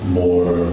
more